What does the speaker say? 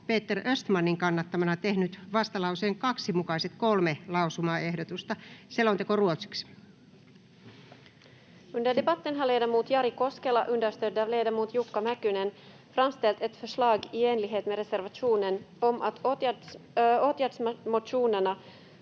Peter Östmanin kannattamana tehnyt vastalauseen 2 mukaiset kolme lausumaehdotusta. [Speech 8]